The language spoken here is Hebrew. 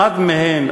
אחת מהן,